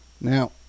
Now